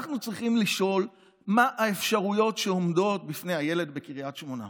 אנחנו צריכים לשאול מה האפשרויות שעומדות בפני הילד בקריית שמונה.